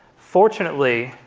fortunately,